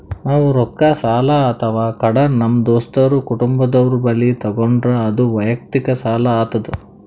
ನಾವ್ ರೊಕ್ಕ ಸಾಲ ಅಥವಾ ಕಡ ನಮ್ ದೋಸ್ತರು ಕುಟುಂಬದವ್ರು ಬಲ್ಲಿ ತಗೊಂಡ್ರ ಅದು ವಯಕ್ತಿಕ್ ಸಾಲ ಆತದ್